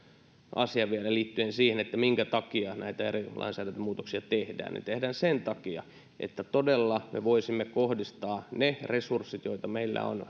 asia vielä liittyen siihen minkä takia näitä eri lainsäädäntömuutoksia tehdään ne tehdään sen takia että todella me voisimme kohdistaa ne resurssit joita meillä on